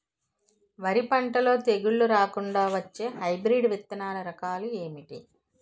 వరి పంటలో తెగుళ్లు రాకుండ వచ్చే హైబ్రిడ్ విత్తనాలు రకాలు ఏంటి?